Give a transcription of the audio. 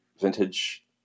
vintage